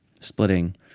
splitting